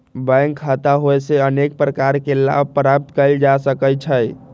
bank खता होयेसे अनेक प्रकार के लाभ प्राप्त कएल जा सकइ छै